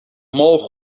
mol